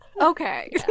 okay